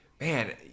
man